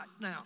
now